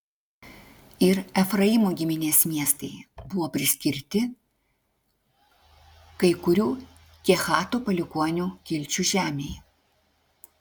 ir efraimo giminės miestai buvo priskirti kai kurių kehato palikuonių kilčių žemei